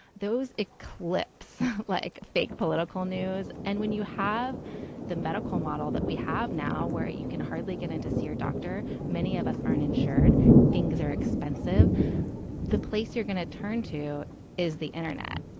those clips like fake political news. and when you have the medical model that we have now where you can hardly get into see your doctor. many of us aren't insured. things are expensive the place you're going to turn to is the internet